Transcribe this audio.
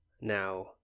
Now